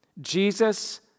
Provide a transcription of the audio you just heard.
Jesus